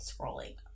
scrolling